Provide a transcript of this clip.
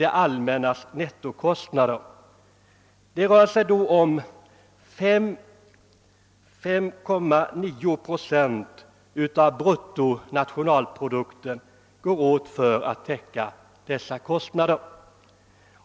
Detta innebär att 5,9 procent av bruttonationalprodukten går åt för att täcka dessa kostnader.